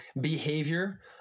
behavior